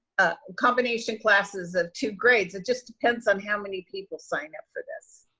combination classes of two grades? it just depends on how many people sign up for this.